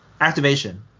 Activation